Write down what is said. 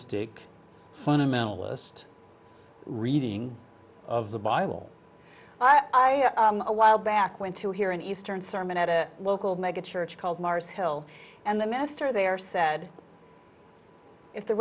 stic fundamentalist reading of the bible i am a while back when to hear an eastern sermon at a local mega church called mars hill and the minister there said if the